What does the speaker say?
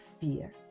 fear